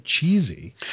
cheesy